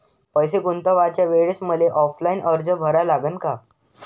पैसे गुंतवाच्या वेळेसं मले ऑफलाईन अर्ज भरा लागन का?